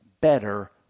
better